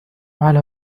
على